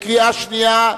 קריאה שנייה,